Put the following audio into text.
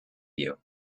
you